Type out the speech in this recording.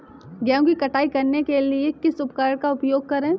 गेहूँ की कटाई करने के लिए किस उपकरण का उपयोग करें?